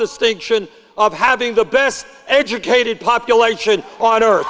distinction of having the best educated population on earth